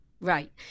Right